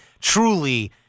truly